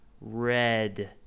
Red